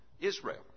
Israel